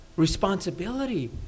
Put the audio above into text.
responsibility